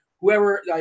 whoever